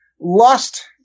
lust